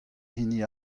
hini